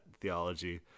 theology